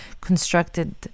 constructed